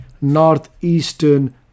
Northeastern